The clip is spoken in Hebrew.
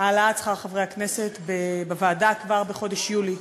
העלאת שכר חברי הכנסת בוועדה כבר בחודש יולי.